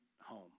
home